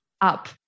up